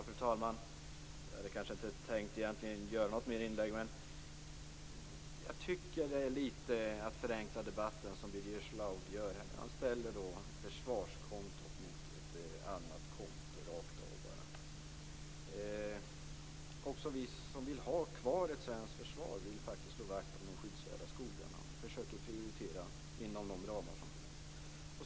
Fru talman! Jag hade egentligen inte tänkt göra något mer inlägg, men jag tycker att Birger Schlaug förenklar debatten litet här. Han ställer försvarskontot rakt av mot ett annat konto. Vi som vill ha kvar ett svenskt försvar och faktiskt också vill slå vakt om de skyddsvärda skogarna försöker prioritera inom de ramar som finns.